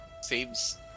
saves